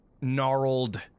gnarled